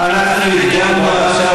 אנחנו הדגמנו עכשיו,